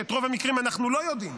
שאת רוב המקרים אנחנו לא יודעים,